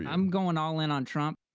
i'm going all in on trump.